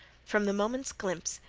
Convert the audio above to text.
from the moment's glimpse,